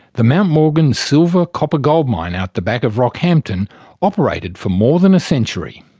the mt morgan silver-copper-gold mine out the back of rockhampton operated for more than a century.